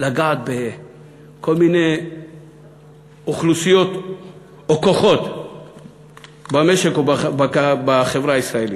לגעת בכל מיני אוכלוסיות או כוחות במשק או בחברה הישראלית.